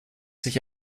sich